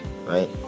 right